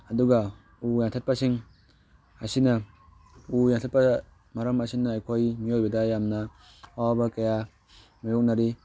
ꯑꯗꯨꯒ ꯎ ꯌꯥꯟꯊꯠꯄꯁꯤꯡ ꯑꯁꯤꯅ ꯎ ꯌꯥꯟꯊꯠꯄ ꯃꯔꯝ ꯑꯁꯤꯅ ꯑꯩꯈꯣꯏ ꯃꯤꯑꯣꯏꯕꯗ ꯌꯥꯝꯅ ꯑꯋꯥꯕ ꯀꯌꯥ ꯃꯥꯏꯌꯣꯛꯅꯔꯤ